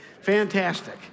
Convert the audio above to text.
Fantastic